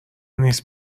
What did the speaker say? نیست